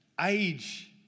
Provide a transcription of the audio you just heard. age